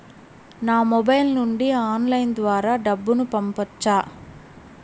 నా మొబైల్ నుండి ఆన్లైన్ ద్వారా డబ్బును పంపొచ్చా